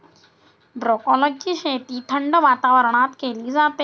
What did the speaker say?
ब्रोकोलीची शेती थंड वातावरणात केली जाते